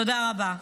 תודה רבה.